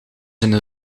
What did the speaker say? een